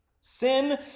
Sin